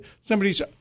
Somebody's